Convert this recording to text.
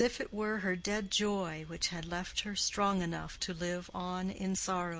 as if it were her dead joy which had left her strong enough to live on in sorrow.